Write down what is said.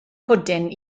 pwdin